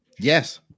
Yes